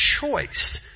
choice